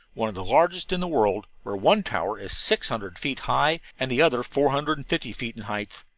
one of the largest in the world, where one tower is six hundred feet high and the other four hundred and fifty feet in height,